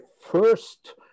first